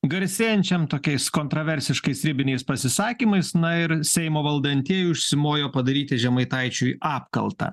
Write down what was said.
garsėjančiam tokiais kontroversiškais ribiniais pasisakymais na ir seimo valdantieji užsimojo padaryti žemaitaičiui apkaltą